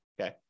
Okay